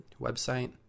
website